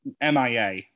MIA